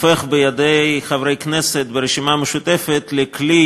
הופך בידי חברי כנסת ברשימה המשותפת לכלי